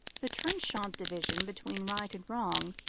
the trenchant divisions between right and wrong,